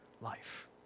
life